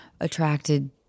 attracted